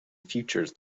futures